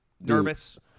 nervous